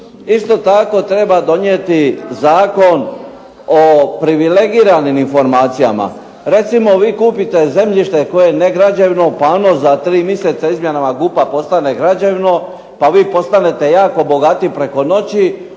Isto tako treba donijeti Zakon o privilegiranim informacijama. Recimo vi kupite zemljište koje …/Ne razumije se./… za tri miseca izmjenama …/Ne razumije se./… postane građevno, pa vi postanete jako bogati preko noći,